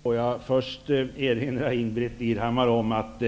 Herr talman! Får jag först erinra Ingbritt Irhammar om att